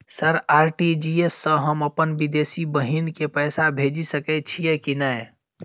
Sir RTGS सँ हम अप्पन विदेशी बहिन केँ पैसा भेजि सकै छियै की नै?